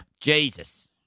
Jesus